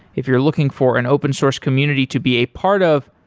if you're looking for an open-source community to be a part of,